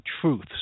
truths